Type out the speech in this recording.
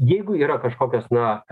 jeigu yra kažkokios na